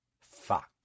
Fuck